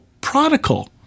prodigal